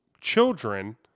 children